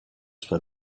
sua